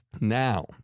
now